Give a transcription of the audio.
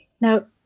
Now